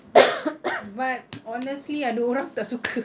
but but honestly ada orang tak suka